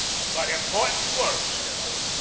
got important works, ye know.